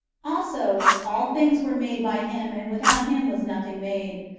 also, all things were made by him, and without him was nothing made.